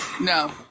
No